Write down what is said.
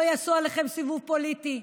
לא יעשו עליכן סיבוב פוליטי.